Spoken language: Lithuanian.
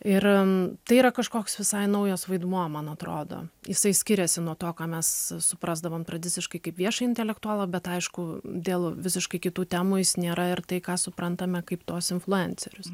ir tai yra kažkoks visai naujas vaidmuo man atrodo jisai skiriasi nuo to ką mes suprasdavom tradiciškai kaip viešą intelektualą bet aišku dėl visiškai kitų temų jis nėra ir tai ką suprantame kaip tuos influencerius